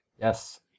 Yes